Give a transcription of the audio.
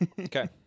Okay